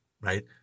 right